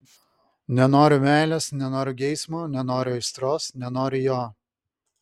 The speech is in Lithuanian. nenoriu meilės nenoriu geismo nenoriu aistros nenoriu jo